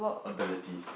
abilities